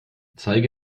zeige